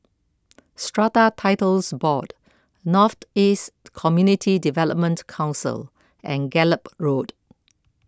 Strata Titles Board North East Community Development Council and Gallop Road